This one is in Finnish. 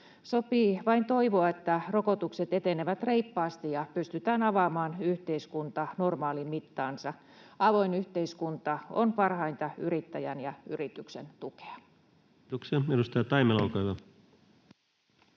Sopii vain toivoa, että rokotukset etenevät reippaasti ja pystytään avaamaan yhteiskunta normaaliin mittaansa. Avoin yhteiskunta on parhainta yrittäjän ja yrityksen tukea. Kiitoksia. — Edustaja Taimela, olkaa hyvä.